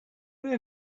where